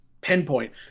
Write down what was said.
pinpoint